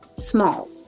small